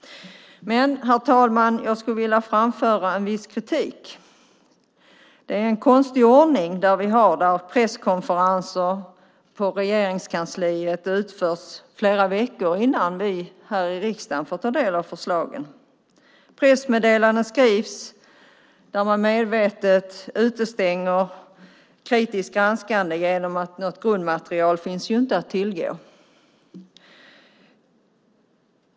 Men, herr talman, jag skulle vilja framföra en viss kritik. Det är en konstig ordning vi har där presskonferenser på Regeringskansliet utförs flera veckor innan vi här i riksdagen får ta del av förslagen. Pressmeddelanden skrivs där man medvetet utestänger kritiskt granskande då det inte finns något grundmaterial att tillgå.